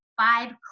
five